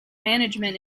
management